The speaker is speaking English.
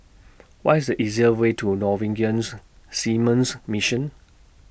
What IS The easier Way to Norwegian's Seamen's Mission